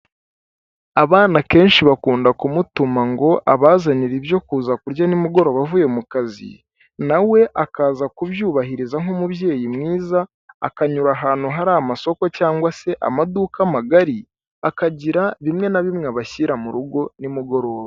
Abana akenshi bakunda kumutuma ngo abazanire ibyo kuza kurya nimugoroba avuye mu kazi, na we akaza kubyubahiriza nk'umubyeyi mwiza akanyura ahantu hari amasoko cyangwa se amaduka magari, akagira bimwe na bimwe abashyira mu rugo nimugoroba.